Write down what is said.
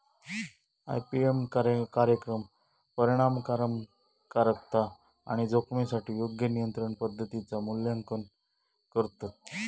IPM कार्यक्रम परिणामकारकता आणि जोखमीसाठी योग्य नियंत्रण पद्धतींचा मूल्यांकन करतत